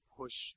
push